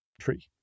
tree